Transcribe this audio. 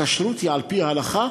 הכשרות היא על-פי ההלכה,